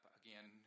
again